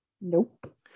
Nope